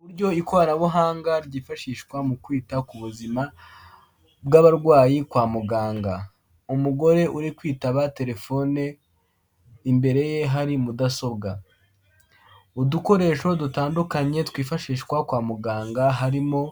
Uburyo ikoranabuhanga ryifashishwa mu kwita ku buzima bw'abarwayi kwa muganga, umugore uri kwitaba telefone imbere ye hari mudasobwa, udukoresho dutandukanye twifashishwa kwa muganga, harimo